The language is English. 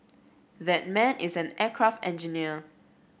that man is an aircraft engineer